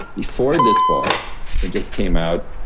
before this book and just came out,